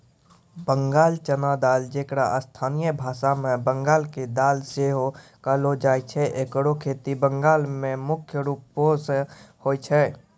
बंगाल चना दाल जेकरा स्थानीय भाषा मे बंगाल के दाल सेहो कहलो जाय छै एकरो खेती बंगाल मे मुख्य रूपो से होय छै